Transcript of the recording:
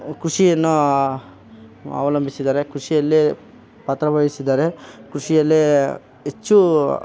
ಕೃಷಿಯನ್ನು ಅವಲಂಬಿಸಿದ್ದಾರೆ ಕೃಷಿಯಲ್ಲಿ ಪಾತ್ರವಹಿಸಿದ್ದಾರೆ ಕೃಷಿಯಲೇ ಹೆಚ್ಚು